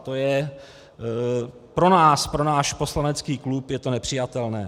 To je pro nás, pro náš poslanecký klub, nepřijatelné.